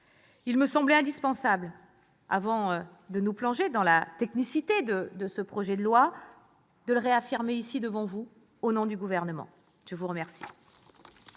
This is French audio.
Il me semblait indispensable, avant de nous plonger dans la technicité de ce projet de loi organique, de le réaffirmer devant vous au nom du Gouvernement. La parole